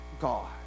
God